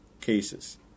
cases